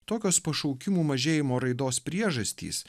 tokios pašaukimų mažėjimo raidos priežastys